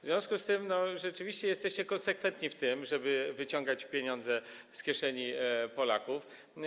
W związku z tym rzeczywiście jesteście konsekwentni w tym, żeby wyciągać pieniądze z kieszeni Polaków.